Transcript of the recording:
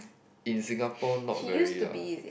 in Singapore not very lah